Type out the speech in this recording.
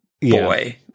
boy